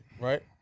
right